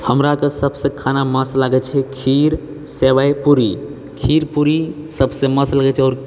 हमरा तऽ सबसँ खाना मस्त लागैत छै खीर सेवइ पूरी खीर पूरी सबसँ मस्त लगैत छै आओर